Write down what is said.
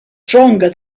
stronger